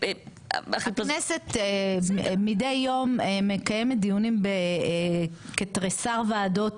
הכנסת מדי יום מקיימת דיונים בכתריסר ועדות